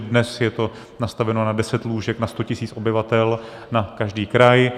Dnes je to nastaveno na 10 lůžek na 100 tisíc obyvatel na každý kraj.